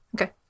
Okay